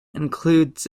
includes